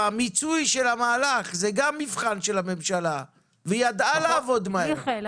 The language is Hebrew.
מבחן של הממשלה --- מיכאל,